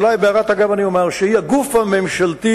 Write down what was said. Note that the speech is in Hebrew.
ובהערת אגב אומר שהיא הגוף הממשלתי